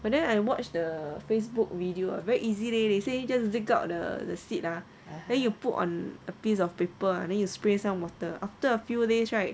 but then I watch the facebook video very easy leh they say just dig out the the seed ah then you put on a piece of paper ah and then you spray some water after a few days right